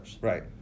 Right